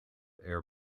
air